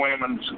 women's